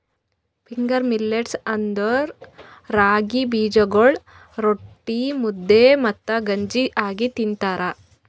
finger millets ಅಂದುರ್ ರಾಗಿ ಬೀಜಗೊಳ್ ರೊಟ್ಟಿ, ಮುದ್ದೆ ಮತ್ತ ಗಂಜಿ ಆಗಿ ತಿಂತಾರ